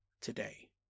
today